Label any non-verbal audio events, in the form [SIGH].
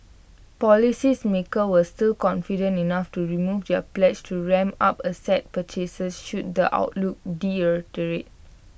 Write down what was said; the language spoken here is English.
policies makers were still confident enough to remove their pledge to ramp up asset purchases should the outlook [UNINTELLIGIBLE]